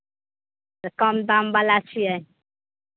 तऽ कम दामवला छियै